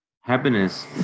happiness